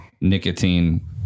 nicotine